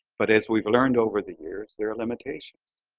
but as we've learned over the years, there are limitations,